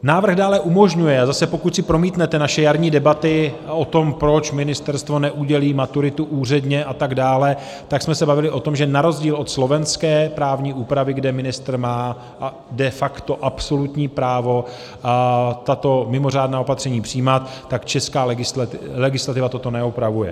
Návrh dále umožňuje a zase, pokud si promítnete naše jarní debaty o tom, proč ministerstvo neudělí maturitu úředně atd., tak jsme se bavili o tom, že na rozdíl od slovenské právní úpravy, kde ministr má de facto absolutní právo tato mimořádná opatření přijímat, tak česká legislativa toto neupravuje.